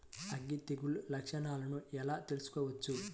అగ్గి తెగులు లక్షణాలను ఎలా తెలుసుకోవచ్చు?